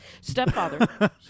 Stepfather